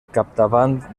capdavant